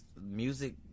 music